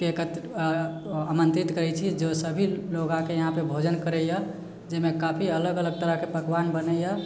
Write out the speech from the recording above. के एकत्र आमन्त्रित करै छी जे सभी लोक आके यहाँपे भोजन करैया जाहिमे काफी अलग अलग तरहके पकवान बनैया